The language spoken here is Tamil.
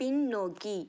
பின்னோக்கி